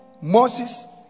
Moses